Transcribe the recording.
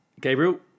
Gabriel